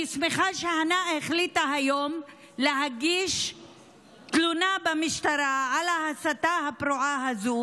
אני שמחה שהנא החליטה היום להגיש תלונה במשטרה על ההסתה הפרועה הזו,